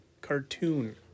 cartoon